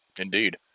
Indeed